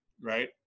right